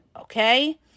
okay